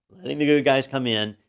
letting the good guys come in.